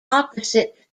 opposite